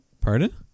pardon